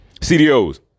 CDOs